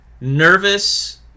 nervous